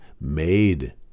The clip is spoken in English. made